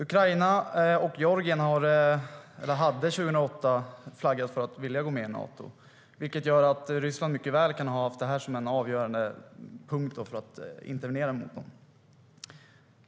Ukraina och Georgien flaggade 2008 för att vilja gå med i Nato, och Ryssland kan mycket väl ha haft det som ett avgörande skäl för att intervenera i länderna.